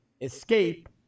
escape